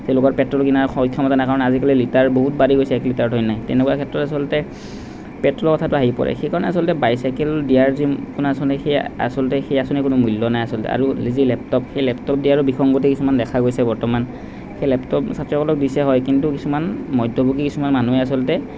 তেওঁলোকৰ পেট্ৰল কিনাৰ ক্ষমতা নাই কাৰণ আজিকালি লিটাৰ বহুত বাঢ়ি গৈছে এক লিটাৰতো এনে তেনেকুৱা ক্ষেত্ৰত আচলতে পেট্ৰলৰ কথাটো আহি পৰে সেইকাৰণে আচলতে বাইচাইকেল দিয়াৰ যোনখন আঁচনি সেই আচলতে সেই আঁচনিৰ কোনো মূল্য নাই আচলতে আৰু লি যি লেপটপ সেই লেপটপ দিয়াৰো বিসংগতি কিছুমান দেখা গৈছে বৰ্তমান সেই লেপটপ ছাত্ৰীসকলক দিছে হয় কিন্তু কিছুমান মধ্যভোগী কিছুমান মানুহে আচলতে